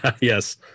Yes